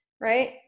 right